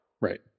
Right